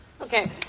Okay